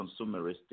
consumeristic